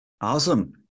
Awesome